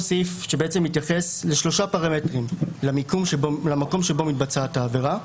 קודם שהתייחס לשלושה פרמטרים: למקום שבו מתבצעת העבירה,